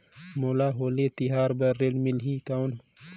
मोला होली तिहार बार ऋण मिलही कौन?